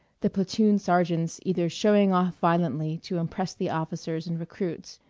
the platoon sergeants either showing off violently to impress the officers and recruits,